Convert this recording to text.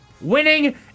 winning